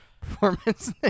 performance